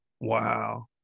wow